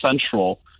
central